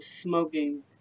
smoking